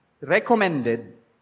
recommended